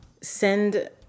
send